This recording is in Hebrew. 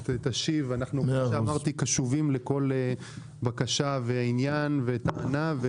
כמו שאמרתי, אנחנו קשובים לכל בקשה, טענה ועניין.